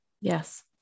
Yes